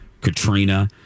Katrina